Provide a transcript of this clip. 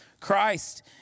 Christ